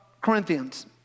Corinthians